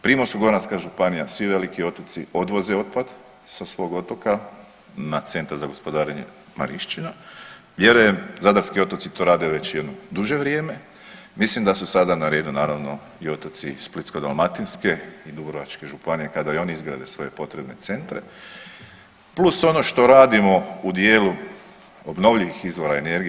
Primorsko-goranska županija, svi veliki otoci odvoze otpad sa svog otoka na Centar za gospodarenje Marinščina, vjerujem zadarski otoci to rade već jedno duže vrijeme, mislim da su sada na redu naravno i otoci Splitsko-dalmatinske i Dubrovačke županije kada i oni izgrade svoje potrebne centre, plus ono što radimo u dijelu obnovljivih izvora energije.